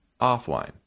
offline